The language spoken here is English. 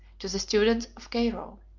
to the students of cairo.